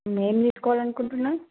మీరు ఏం తీసుకోవాలనుకుంటున్నారు